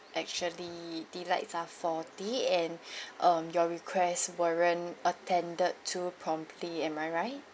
actually the lights are faulty and um your request weren't attended to promptly am I right